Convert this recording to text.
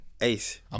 Ace